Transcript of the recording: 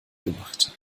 gemacht